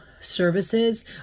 services